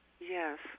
Yes